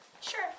Sure